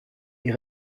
est